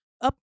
Up